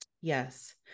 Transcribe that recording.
Yes